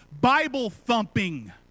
Bible-thumping